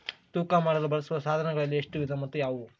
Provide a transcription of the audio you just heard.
ತೂಕ ಮಾಡಲು ಬಳಸುವ ಸಾಧನಗಳಲ್ಲಿ ಎಷ್ಟು ವಿಧ ಮತ್ತು ಯಾವುವು?